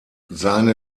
seine